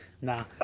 Nah